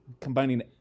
combining